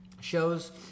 Shows